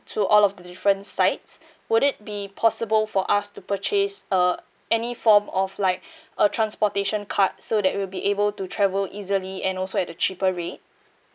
through all of the different sites would it be possible for us to purchase uh any form of like a transportation card so that we'll be able to travel easily and also at a cheaper rate